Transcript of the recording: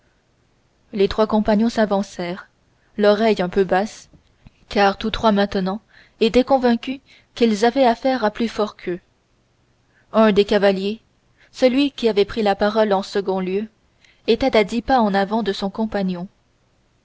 les trois compagnons s'avancèrent l'oreille un peu basse car tous trois maintenant étaient convaincus qu'ils avaient affaire à plus fort qu'eux on laissa au reste à athos le soin de porter la parole un des deux cavaliers celui qui avait pris la parole en second lieu était à dix pas en avant de son compagnon